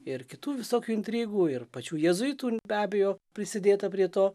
ir kitų visokių intrigų ir pačių jėzuitų be abejo prisidėta prie to